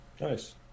Nice